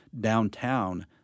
downtown